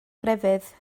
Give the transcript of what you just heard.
grefydd